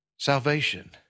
Salvation